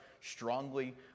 strongly